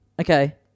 Okay